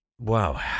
wow